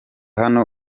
hano